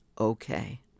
okay